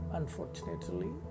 unfortunately